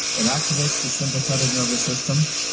it activates the sympathetic nervous system,